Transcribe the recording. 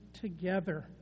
together